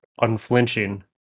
unflinching